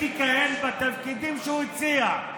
לכהן בתפקידים שהוא הציע.